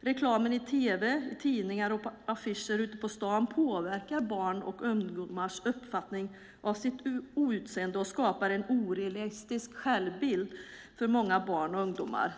Reklamen i tv, i tidningar och på affischer ute på stan påverkar barns och ungdomars uppfattning om sitt utseende och skapar en orealistisk självbild för många barn och ungdomar.